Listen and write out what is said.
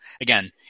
again